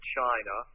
China